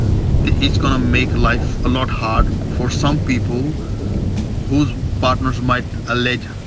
it's gonna make life a lot hard for some people whose partners might allege